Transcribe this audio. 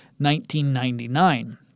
1999